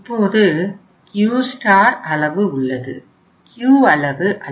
இப்போது Q star அளவு உள்ளது Q அளவு அல்ல